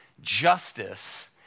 justice